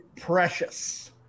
Precious